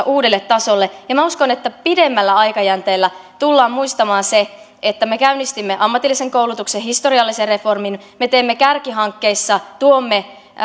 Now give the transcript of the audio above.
uudelle tasolle minä uskon että pidemmällä aikajänteellä tullaan muistamaan se että me käynnistimme ammatillisen koulutuksen historiallisen reformin me teemme kärkihankkeissa tuomme